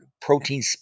protein